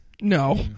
No